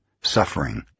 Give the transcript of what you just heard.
suffering